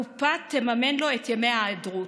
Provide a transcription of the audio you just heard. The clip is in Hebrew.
הקופה תממן לו את ימי ההיעדרות.